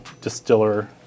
distiller